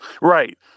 right